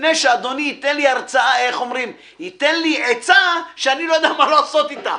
לפני שאדוני ייתן לי עצה שאני לא יודע מה לעשות איתה.